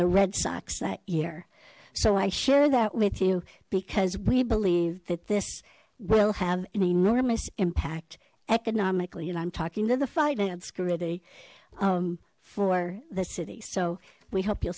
the red sox that year so i share that with you because we believe that this will have an enormous impact economically and i'm talking to the finance committee for the city so we hope you'll